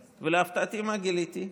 ולהפתעתי, מה גיליתי?